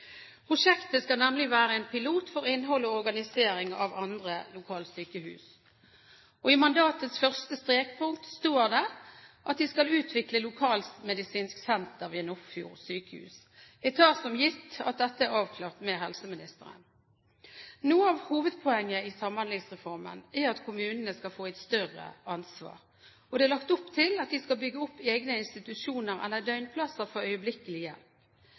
Prosjektet skal nemlig være en pilot for innhold i og organisering av andre lokalsykehus. I mandatets første strekpunkt står det at de skal utvikle et lokalmedisinsk senter ved Nordfjord sjukehus. Jeg tar det for gitt at dette er avklart med helseministeren. Noe av hovedpoenget i Samhandlingsreformen er at kommunene skal få et større ansvar, og det er lagt opp til at de skal bygge opp egne institusjoner eller døgnplasser for øyeblikkelig hjelp.